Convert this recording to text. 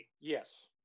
Yes